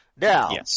Now